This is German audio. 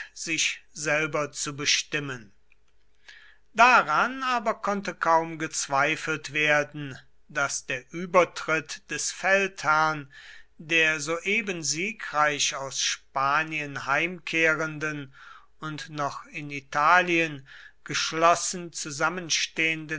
sich selber zu bestimmen daran aber konnte kaum gezweifelt werden daß der übertritt des feldherrn der soeben siegreich aus spanien heimkehrenden und noch in italien geschlossen zusammenstehenden